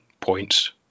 points